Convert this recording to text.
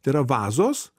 tai yra vazos